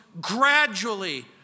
gradually